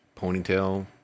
ponytail